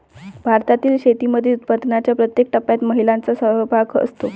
भारतातील शेतीमध्ये उत्पादनाच्या प्रत्येक टप्प्यात महिलांचा सहभाग असतो